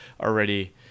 already